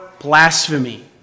blasphemy